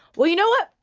well, you know what?